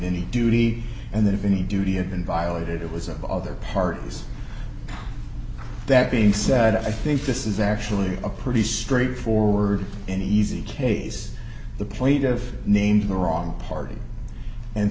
any duty and that if any duty had been violated it was of other parties that being said i think this is actually a pretty straightforward and easy case the plate of names the wrong party and